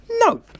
No